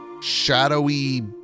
shadowy